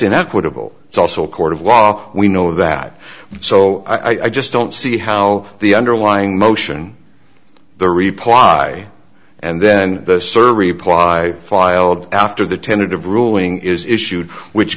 an equitable it's also a court of law we know that so i just don't see how the underlying motion the reply and then the server reply filed after the tentative ruling is issued which